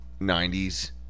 90s